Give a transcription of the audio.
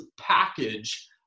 package